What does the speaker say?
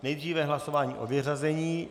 Nejdříve hlasování o vyřazení.